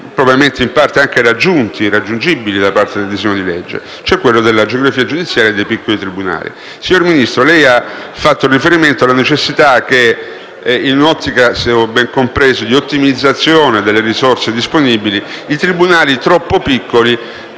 probabilmente in parte anche raggiunti e raggiungibili da parte del disegno di legge. Faccio cioè riferimento alla geografia giudiziaria e ai piccoli tribunali. Signor Ministro, lei ha fatto riferimento alla necessità che, nell'ottica di ottimizzazione delle risorse disponibili, i tribunali troppo piccoli